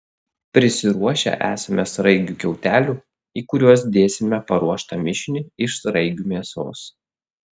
prisiruošę esame sraigių kiautelių į kuriuos dėsime paruoštą mišinį iš sraigių mėsos